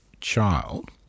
child